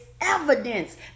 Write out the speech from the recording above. evidence